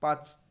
पाच